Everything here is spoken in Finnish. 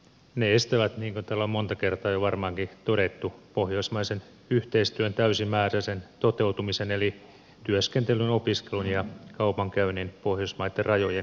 ne estävät niin kuin täällä on monta kertaa varmaankin jo todettu pohjoismaisen yhteistyön täysimääräisen toteutumisen eli työskentelyn opiskelun ja kaupankäynnin pohjoismaitten rajojen yli